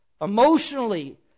emotionally